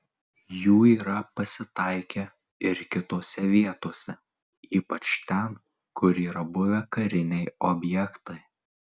jų yra pasitaikę ir kitose vietose ypač ten kur yra buvę kariniai objektai